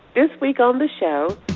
this week on the show,